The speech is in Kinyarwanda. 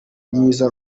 myiza